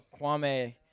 Kwame